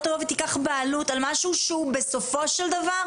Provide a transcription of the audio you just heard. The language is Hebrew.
לא תבוא ותיקח בעלות על משהו שהוא בסופו של דבר